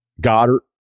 Goddard